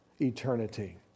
eternity